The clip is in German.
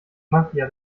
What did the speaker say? mafia